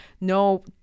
no